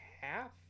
half